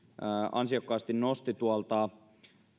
ansiokkaasti tuolta nosti